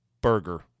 burger